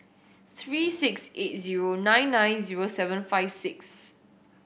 three six eight zero nine nine zero seven five six